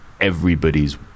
everybody's